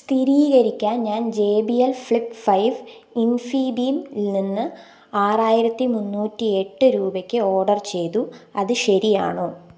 സ്ഥിരീകരിക്കാൻ ഞാൻ J B L flip five ഇൻഫിബീംൽ നിന്ന് ആറായിരത്തി മുന്നൂറ്റി എട്ട് രൂപയ്ക്ക് ഓർഡർ ചെയ്തു അത് ശരിയാണോ